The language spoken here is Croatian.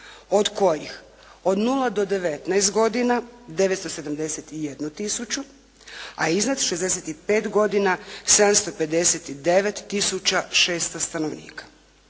od kojih od 0 do 19 godina 971 tisuću, a iznad 65 godina 759 tisuća 600 stanovnika.